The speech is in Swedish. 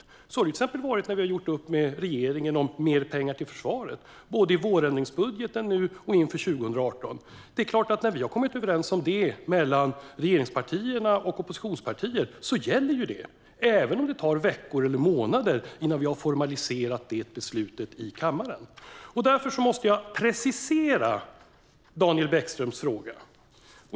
Så har det till exempel varit när vi har gjort upp med regeringen om mer pengar till försvaret, både i vårändringsbudgeten och inför 2018. När vi har kommit överens om det mellan regeringspartierna och oppositionspartier gäller självklart det, även om det tar veckor eller månader innan vi har formaliserat det beslutet i kammaren. Därför måste jag precisera Daniel Bäckströms fråga.